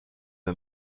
der